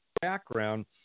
background